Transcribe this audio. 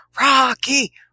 Rocky